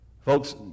Folks